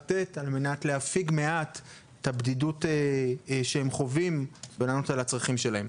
לתת על מנת להפיג מעט את הבדידות שהם חווים ולענות על הצרכים שלהם.